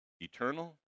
eternal